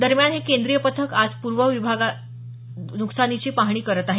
दरम्यान हे केंद्रीय पथक आज पूर्व विभागात नुकसानीची पाहणी करत आहे